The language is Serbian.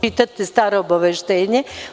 Čitate staro obaveštenje.